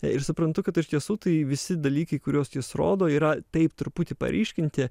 ir suprantu kad iš tiesų tai visi dalykai kuriuos jis rodo yra taip truputį paryškinti